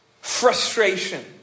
Frustration